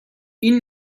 این